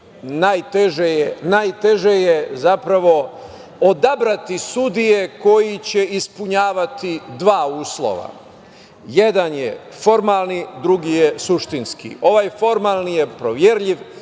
najteže je zapravo odabrati sudije koji će ispunjavati dva uslova. Jedan je formalni, drugi je suštinski. Ovaj formalni je proverljiv